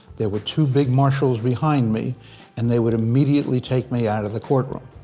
there were two big marshals behind me and they would immediately take me out of the courtroom.